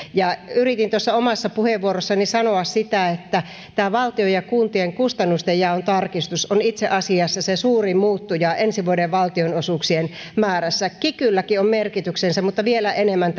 yritin omassa puheenvuorossani sanoa sitä että tämä valtion ja kuntien kustannusten jaon tarkistus on itse asiassa se suurin muuttuja ensi vuoden valtionosuuksien määrässä kikylläkin on merkityksensä mutta vielä enemmän